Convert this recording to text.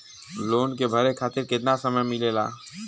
Loan के भरे खातिर कितना समय मिलेला?